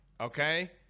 okay